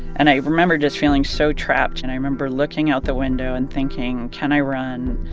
and i remember just feeling so trapped, and i remember looking out the window and thinking, can i run?